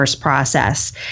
process